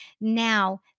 Now